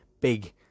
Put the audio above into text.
big